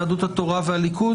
יהדות התורה והליכוד?